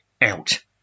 out